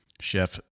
Chef